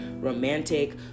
romantic